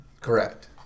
Correct